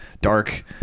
dark